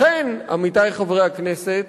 לכן, עמיתי חברי הכנסת,